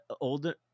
older